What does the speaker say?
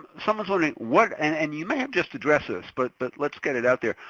someone's wondering what, and and you may have just addressed this, but but let's get it out there.